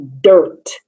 dirt